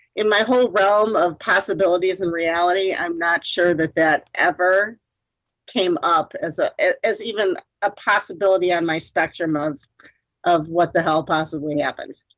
in my whole realm of possibilities and reality, i'm not sure that that ever came up as ah as even a possibility on my spectrum of what the hell possibly happens.